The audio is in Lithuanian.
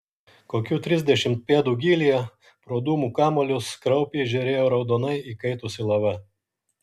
kokių trisdešimt pėdų gylyje pro dūmų kamuolius kraupiai žėrėjo raudonai įkaitusi lava